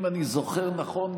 אם אני זוכר נכון,